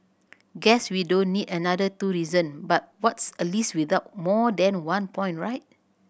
guess we don't need another two reasons but what's a list without more than one point right